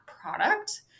product